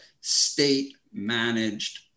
state-managed